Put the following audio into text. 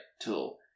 tool